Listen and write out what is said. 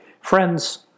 Friends